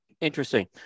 Interesting